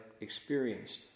experienced